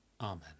Amen